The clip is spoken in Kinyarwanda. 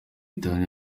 itanu